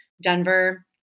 Denver